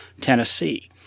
Tennessee